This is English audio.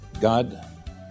God